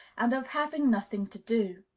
and of having nothing to do.